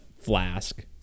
flask